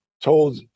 told